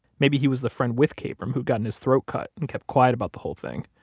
maybe he was the friend with kabrahm, who'd gotten his throat cut and kept quiet about the whole thing.